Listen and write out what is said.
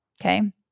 Okay